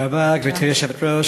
גברתי היושבת-ראש,